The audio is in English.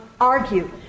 argue